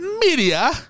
media